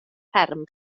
fferm